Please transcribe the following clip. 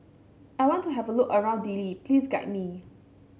I want to have a look around Dili please guide me